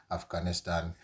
Afghanistan